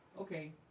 okay